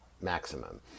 maximum